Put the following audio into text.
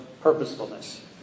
purposefulness